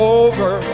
over